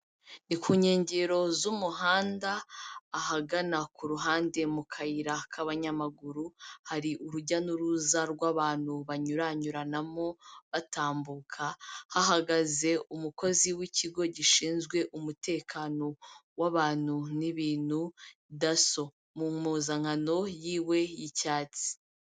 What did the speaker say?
Ni ku nkengero z'umuhanda, ahagana ku ruhande mu kayira k'abanyamaguru, hari urujya n'uruza rw'abantu banyuranyuranamo batambuka, hahagaze umukozi w'ikigo gishinzwe umutekano w'abantu n'ibintu DASSO, mu mpuzankano yiwe y'icyatsi.